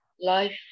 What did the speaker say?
life